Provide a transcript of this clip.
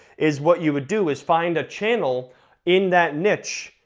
is what you would do is find a channel in that niche,